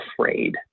afraid